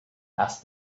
asked